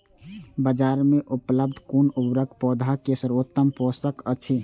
बाजार में उपलब्ध कुन उर्वरक पौधा के सर्वोत्तम पोषक अछि?